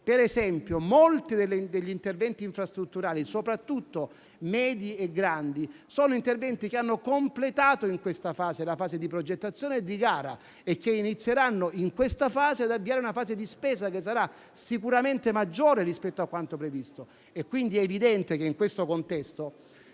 ad esempio molti degli interventi infrastrutturali, soprattutto medi e grandi, hanno completato la fase di progettazione e di gara e inizieranno ad avviare una fase di spesa che sarà sicuramente maggiore rispetto a quanto previsto. È quindi evidente che in questo contesto